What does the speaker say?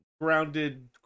grounded